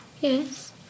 Yes